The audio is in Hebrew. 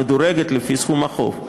המדורגת לפי סכום החוב.